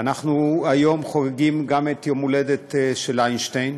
אנחנו היום חוגגים גם את יום-ההולדת של איינשטיין